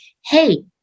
hey